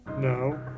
No